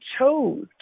chose